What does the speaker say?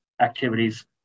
activities